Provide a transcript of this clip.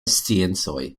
sciencoj